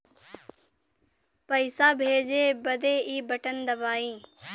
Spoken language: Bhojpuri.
पइसा भेजे बदे ई बटन दबाई